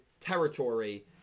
territory